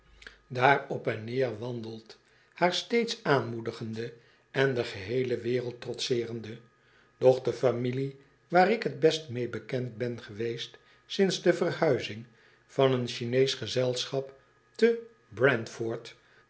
daar op en een reiziger die geen handel drijft neer wandelt haar steeds aanmoedigende en de geheele wereld trotseerende doch de familie waar ik t best mee bekend ben geweest sinds de verhuizing van een ghineesch gezelschap te